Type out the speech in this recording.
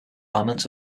elements